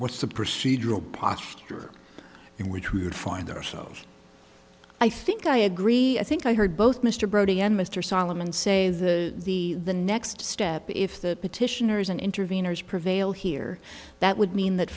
what's the procedure in which we would find ourselves i think i agree i think i heard both mr brody and mr solomon say that the the next step if the petitioners and intervenors prevail here that would mean that